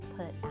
put